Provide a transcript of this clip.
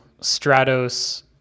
Stratos